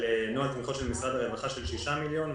נוהל תמיכות של משרד הרווחה של 6 מיליון.